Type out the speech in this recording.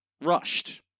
rushed